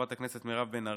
חברת הכנסת מירב בן ארי,